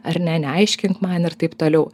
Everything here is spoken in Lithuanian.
ar ne neaiškink man ir taip toliau